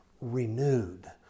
renewed